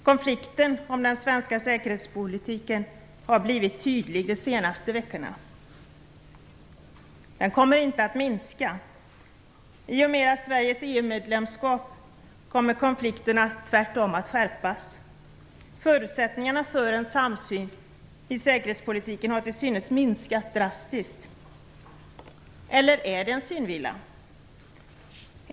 Konflikten om den svenska säkerhetspolitiken har blivit tydlig de senaste veckorna. Den kommer inte att minska. I och med Sveriges EU-medlemskap kommer konflikten tvärtom att skärpas. Förutsättningarna för en samsyn i säkerhetspolitiken har till synes minskat drastiskt. Eller är det en synvilla?